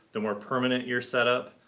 the more permanent your setup,